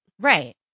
Right